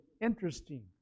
interesting